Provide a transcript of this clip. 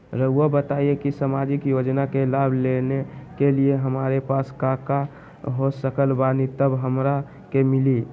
रहुआ बताएं कि सामाजिक योजना के लाभ लेने के लिए हमारे पास काका हो सकल बानी तब हमरा के मिली?